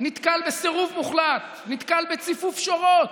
נתקל בסירוב מוחלט, נתקל בציפוף שורות.